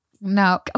No